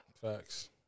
Facts